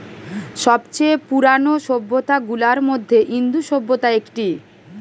সব চেয়ে পুরানো সভ্যতা গুলার মধ্যে ইন্দু সভ্যতা একটি